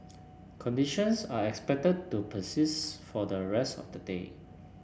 conditions are expected to persist for the rest of the day